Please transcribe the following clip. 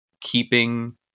keeping